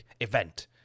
event